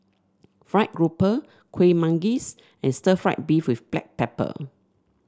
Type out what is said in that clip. fried grouper Kueh Manggis and stir fry beef with Black Pepper